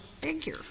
figure